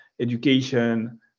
education